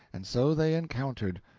and so they encountered,